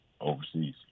overseas